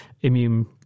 immune